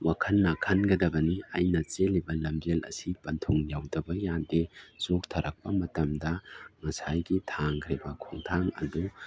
ꯋꯥꯈꯜꯅ ꯈꯟꯒꯗꯕꯅꯤ ꯑꯩꯅ ꯆꯦꯜꯂꯤꯕ ꯂꯝꯖꯦꯟ ꯑꯁꯤ ꯄꯟꯊꯨꯡ ꯌꯧꯗꯕ ꯌꯥꯗꯦ ꯆꯣꯛꯊꯔꯛꯄ ꯃꯇꯝꯗ ꯉꯁꯥꯏꯒꯤ ꯊꯥꯡꯈ꯭ꯔꯤꯕ ꯈꯣꯡꯊꯥꯡ ꯑꯗꯨ